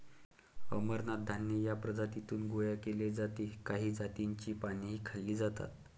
अमरनाथ धान्य या प्रजातीतून गोळा केले जाते काही जातींची पानेही खाल्ली जातात